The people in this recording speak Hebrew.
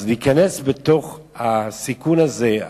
אז להיכנס לתוך הסיכון הזה,